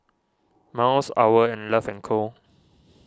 Miles Owl and Love and Co